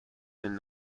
and